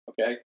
okay